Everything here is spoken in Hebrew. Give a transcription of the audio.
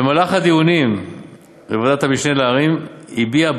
במהלך הדיונים בוועדת המשנה לעררים הביעה